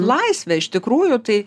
laisvė iš tikrųjų tai